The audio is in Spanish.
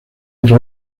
letra